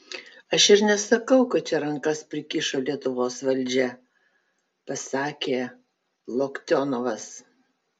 aš ir nesakau kad čia rankas prikišo lietuvos valdžia pasakė loktionovas